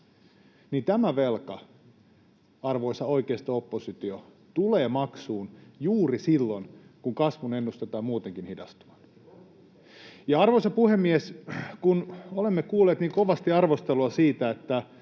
niin tämä velka, arvoisa oikeisto-oppositio, tulee maksuun juuri silloin, kun kasvun ennustetaan muutenkin hidastuvan. [Kai Mykkänen: Kohtuus kaikessa!] Arvoisa puhemies! Kun olemme kuulleet niin kovasti arvostelua siitä, että